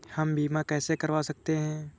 हम बीमा कैसे करवा सकते हैं?